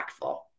impactful